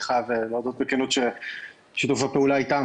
אני חייב להודות בכנות ששיתוף הפעולה איתם,